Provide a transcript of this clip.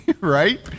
Right